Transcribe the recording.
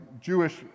jewish